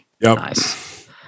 Nice